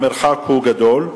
המרחק גדול.